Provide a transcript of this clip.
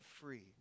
free